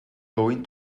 going